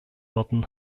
worden